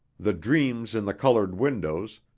the dreams in the colored windows,